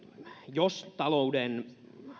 jos talouden